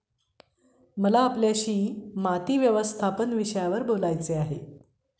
मला आपल्याशी माती व्यवस्थापन विषयावर बोलायचे आहे